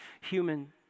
human